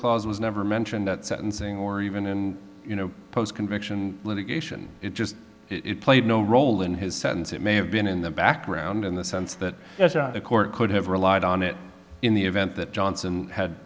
clause was never mentioned that sentencing or even in post conviction litigation it just it played no role in his sentence it may have been in the background in the sense that the court could have relied on it in the event that johnson had